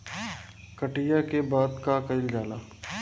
कटिया के बाद का कइल जाला?